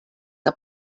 que